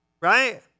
Right